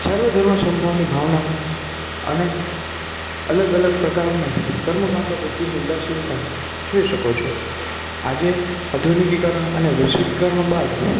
સર્વધર્મ સમભાવની ભાવના અને અલગ અલગ પ્રકારના કર્મ કાંડો પ્રતિની ઉદાસીનતા જોઈ શકો છો આજે આધુનિકીકરણ અને વૈશ્વિકીકરણ બાદ